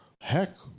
Heck